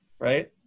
right